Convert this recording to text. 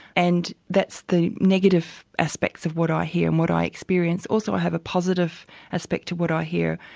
and that's the negative aspects of what i hear and what i experience. also i have a positive aspect to what i hear,